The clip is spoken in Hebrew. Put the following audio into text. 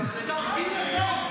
אותו נאום.